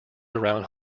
around